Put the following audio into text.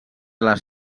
les